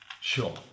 Sure